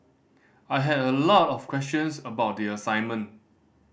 I had a lot of questions about the assignment